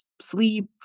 sleep